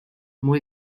muy